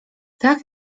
tak